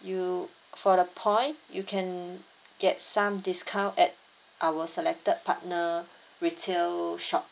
you for the point you can get some discount at our selected partner retail shop